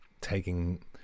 taking